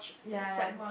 ya